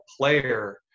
player